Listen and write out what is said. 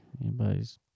anybody's